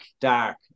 Dark